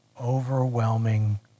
overwhelming